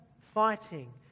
fighting